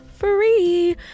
Free